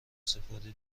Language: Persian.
سپردی